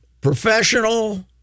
professional